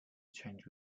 change